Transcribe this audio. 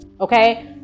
Okay